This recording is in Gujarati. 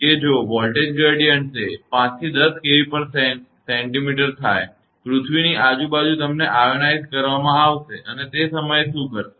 કે જો વોલ્ટેજ ગ્રેડીયંટ તે 5 થી 10 𝑘𝑉𝑐𝑚 પર થાય છે પૃથ્વીની આજુબાજુ તમને આયનોઇઝ્ડ કરવામાં આવશે અને તે સમયે શું થશે